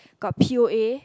got P_O_A